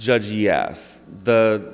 judge yes the